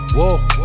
Whoa